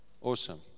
Awesome